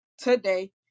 today